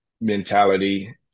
mentality